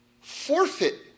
forfeit